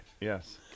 Yes